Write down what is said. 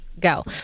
go